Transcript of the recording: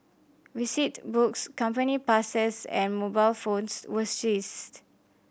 books company passes and mobile phones were seized